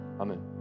Amen